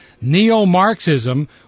neo-Marxism